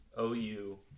OU